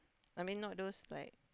I mean not those like